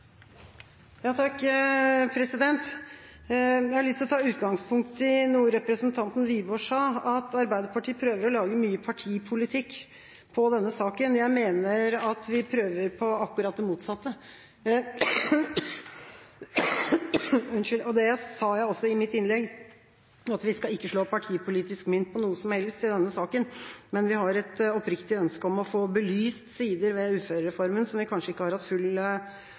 Jeg har lyst til å ta utgangspunkt i noe representanten Wiborg sa, at Arbeiderpartiet prøver å lage mye partipolitikk på denne saken. Jeg mener at vi prøver på akkurat det motsatte, og det sa jeg også i mitt innlegg. Vi skal ikke slå partipolitisk mynt på noe som helst i denne saken, men vi har et oppriktig ønske om å få belyst sider ved uførereformen som vi kanskje ikke har hatt full